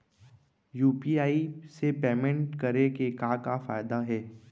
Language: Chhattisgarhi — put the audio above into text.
यू.पी.आई से पेमेंट करे के का का फायदा हे?